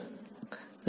વિદ્યાર્થી 0